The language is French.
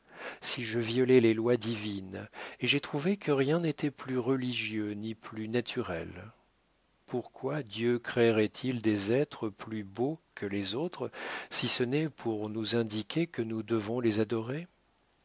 si je violais les lois divines et j'ai trouvé que rien n'était plus religieux ni plus naturel pourquoi dieu créerait il des êtres plus beaux que les autres si ce n'est pour nous indiquer que nous devons les adorer